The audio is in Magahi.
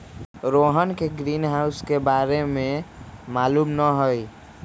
रोहन के ग्रीनहाउस के बारे में मालूम न हई